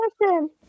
Listen